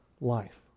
life